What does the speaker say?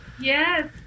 Yes